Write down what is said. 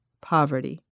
poverty